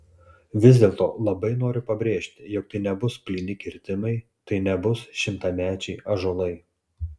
vis dėlto labai noriu pabrėžti jog tai nebus plyni kirtimai tai nebus šimtamečiai ąžuolai